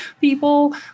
people